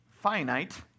finite